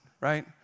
right